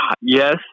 Yes